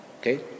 Okay